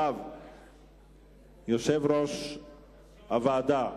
יושב-ראש הוועדה,